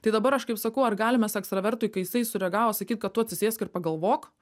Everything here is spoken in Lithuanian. tai dabar aš kaip sakau ar galim mes ekstravertui kai jisai sureagavo sakyt kad tu atsisėsk ir pagalvok